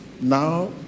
Now